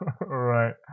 Right